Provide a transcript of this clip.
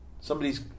somebody's